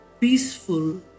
peaceful